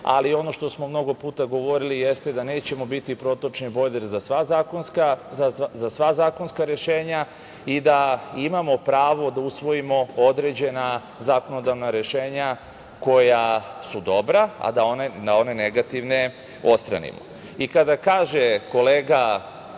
EU. Ono što smo mnogo puta govorili jeste da nećemo biti protočni bojler za sva zakonska rešenja i da imamo pravo da usvojimo određena zakonodavna rešenja koja su dobra, a da one negativne odstranimo. Kada kaže kolega